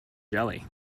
jelly